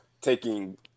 taking